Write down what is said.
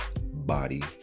body